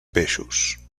peixos